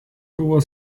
buvo